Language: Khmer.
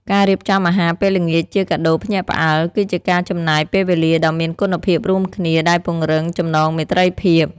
ការរៀបចំអាហារពេលល្ងាចជាកាដូភ្ញាក់ផ្អើល គឺជាការចំណាយពេលវេលាដ៏មានគុណភាពរួមគ្នា ដែលពង្រឹងចំណងមេត្រីភាព។